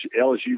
LSU